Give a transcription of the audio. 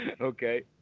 Okay